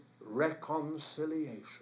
reconciliation